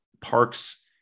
Parks